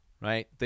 right